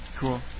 Cool